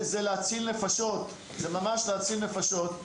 זה ממש להציל נפשות.